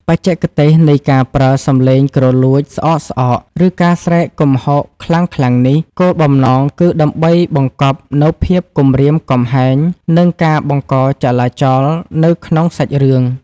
បច្ចេកទេសនៃការប្រើសំឡេងគ្រលួចស្អកៗ ឬការស្រែកគំហកខ្លាំងៗនេះ គោលបំណងគឺដើម្បីបង្កប់នូវភាពគំរាមកំហែង និងការបង្កចលាចលនៅក្នុងសាច់រឿង